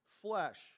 flesh